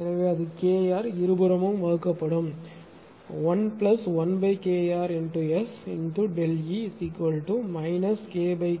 எனவே அது KR இருபுறமும் வகுக்கப்படும் 11KRSΔE